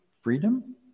freedom